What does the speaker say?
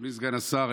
אדוני סגן השר,